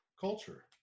culture